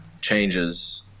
changes